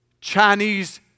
Chinese